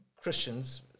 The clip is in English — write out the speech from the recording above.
Christians